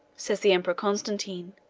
says the emperor constantine,